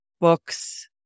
books